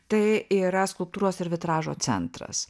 tai yra skulptūros ir vitražo centras